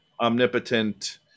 omnipotent